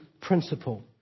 principle